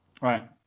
Right